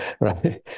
right